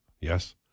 Yes